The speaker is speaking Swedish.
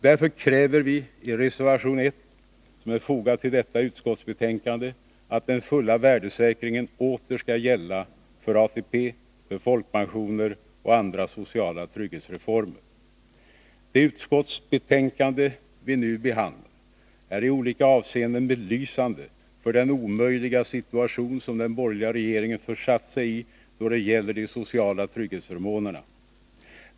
Därför kräver vi i reservation 1, som är fogad till detta utskottsbetänkande, att den fulla värdesäkringen åter skall gälla för ATP, för folkpensioner Det utskottsbetänkande vi nu behandlar är i olika avseenden belysande för den omöjliga situation som den borgerliga regeringen försatt sig i då det gäller de sociala trygghetsförmånerna.